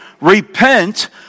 Repent